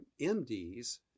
MDs